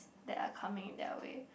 that are coming their way